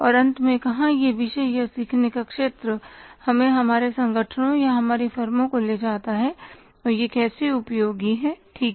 और अंत में कहां यह विषय या सीखने का क्षेत्र हमें हमारे संगठनों या हमारी फर्मों को ले जाता है और यह कैसे उपयोगी है ठीक है